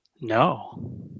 No